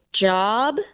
job